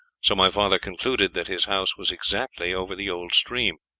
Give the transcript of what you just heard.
so my father concluded that his house was exactly over the old stream.